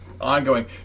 ongoing